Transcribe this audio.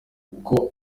kuko